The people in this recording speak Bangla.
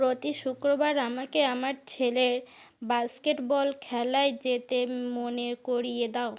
প্রতি শুক্রবার আমাকে আমার ছেলের বাস্কেটবল খেলায় যেতে মনে করিয়ে দাও